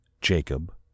Jacob